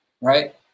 right